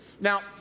Now